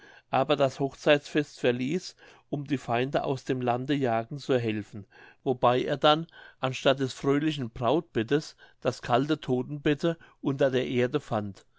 aber das hochzeitsfest verließ um die feinde aus dem lande jagen zu helfen wobei er dann anstatt des fröhlichen brautbettes das kalte todtenbette unter der erde fand